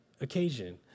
Occasion